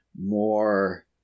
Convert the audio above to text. more